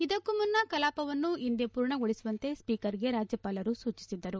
ಇದಕ್ಕೂ ಮುನ್ನ ಕಲಾಪವನ್ನು ಇಂದೇ ಪೂರ್ಣಗೊಳಿಸುವಂತೆ ಸ್ಪೀಕರ್ಗೆ ರಾಜ್ಯಪಾಲರು ಸೂಚಿಸಿದ್ದರು